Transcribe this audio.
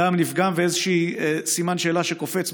טעם לפגם ואיזשהו סימן שאלה שקופץ,